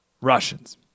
Russians